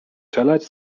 czeladź